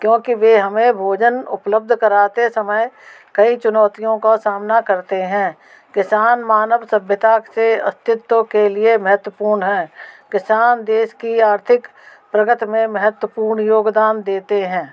क्योंकि वे हमें भोजन उपलब्ध कराते समय कई चुनौतियों का सामना करते है किसान मानव सभ्यता से अस्तित्व के लिए महत्वपूर्ण है किसान देश की आर्थिक प्रगति में महत्वपूर्ण योगदान देते हैं